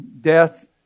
death